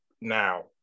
now